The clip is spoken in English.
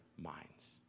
minds